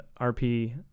RP